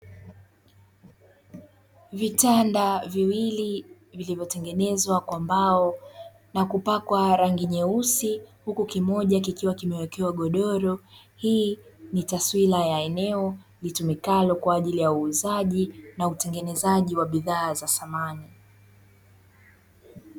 Vitanda viwili vilivyotengenezwa kwa mbao na kupakwa rangi nyeusi, huku kimoja kikiwa kimewekewa godoro. Hii ni taswira ya eneo litumikalo kwa ajili ya uuzaji na utengenezaji wa bidhaa za samani.